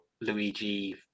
Luigi